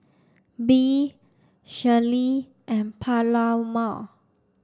Bee Shirlee and Paloma